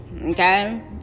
okay